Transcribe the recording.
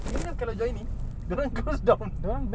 kenneth kalau join ini dia orang close down